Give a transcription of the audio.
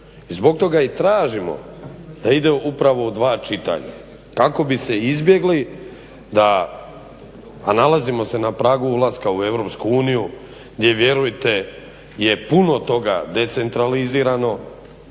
I zbog toga i tražimo da ide upravo u dva čitanja kako bi se izbjegli da a nalazimo se na pragu ulaska u EU gdje vjerujte je puno toga decentralizirano,